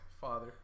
father